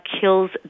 kills